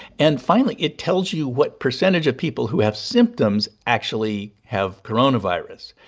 and finally, it tells you what percentage of people who have symptoms actually have coronavirus.